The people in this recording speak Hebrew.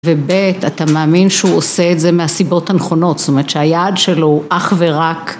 ובט אתה מאמין שהוא עושה את זה מהסיבות הנכונות, זאת אומרת שהיעד שלו הוא אך ורק